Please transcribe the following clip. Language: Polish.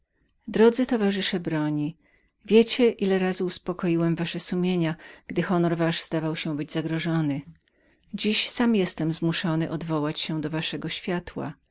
drodzy towarzysze broni wiecie ile razy uspokoiłem wasze sumienia gdy honor wasz zdawał się być zagrożonym dziś sam jestem zmuszony odwołać się do waszego światła